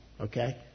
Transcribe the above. okay